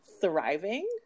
thriving